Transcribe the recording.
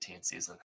season